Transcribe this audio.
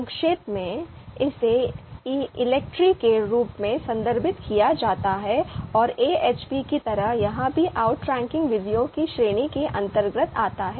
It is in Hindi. संक्षेप में इसे ELECTRE के रूप में संदर्भित किया जाता है और AHP की तरह यह भी आउट्रैंकिंग विधियों की श्रेणी के अंतर्गत आता है